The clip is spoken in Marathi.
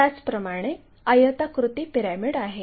त्याचप्रमाणे आयताकृती पिरॅमिड आहे